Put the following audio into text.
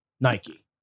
Nike